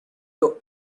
your